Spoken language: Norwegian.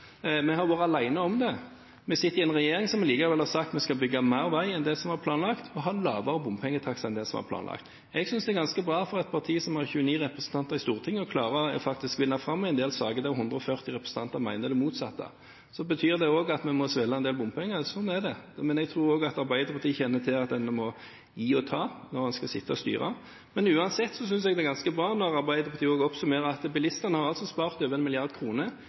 Vi har vært alene om det. Vi sitter i en regjering som allikevel har sagt vi skal bygge mer vei enn det som var planlagt, og ha lavere bompengetakster enn det som var planlagt. Jeg synes det er ganske bra for et parti som har 29 representanter i Stortinget, å klare faktisk å vinne fram i en del saker der 140 representanter mener det motsatte. Det betyr også at vi må svelge en del bompenger, sånn er det, men jeg tror også at Arbeiderpartiet kjenner til at en må gi og ta når en skal sitte og styre. Uansett synes jeg det er ganske bra når Arbeiderpartiet også oppsummerer at bilistene altså har spart over én milliard kroner